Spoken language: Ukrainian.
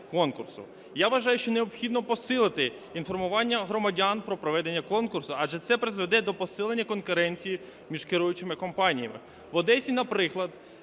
Я вважаю, що необхідно посилити інформування громадян про проведення конкурсу, адже це призведе до посилення конкуренції між керуючими компаніями. В Одесі, наприклад,